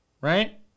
right